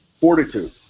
fortitude